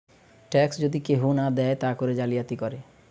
tax যদি কেহু না দেয় তা করে জালিয়াতি করে